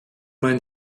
man